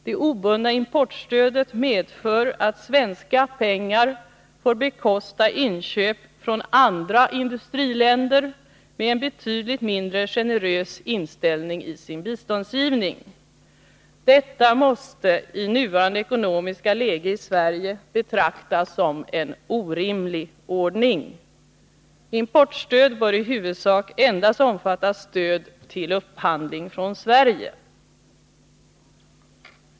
Det obundna importstödet medför att svenska pengar får bekosta inköp från andra industriländer med en betydligt mindre generös inställning i sin biståndsgivning. Detta måste i nuvarande ekonomiska läge i Sverige betraktas som en orimlig ordning. Importstödet bör i huvudsak omfatta endast stöd till upphandling från Sverige.